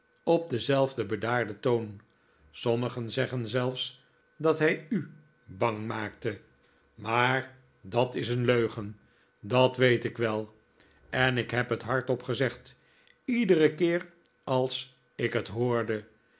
op denzelfden bedaarden toon sommigen zeggen zelfs dat hij u bang maakte maar d at is een leugen dat weet ik wel en ik heb het hardop gezegd iederen keer als ik het hoorde